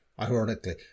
ironically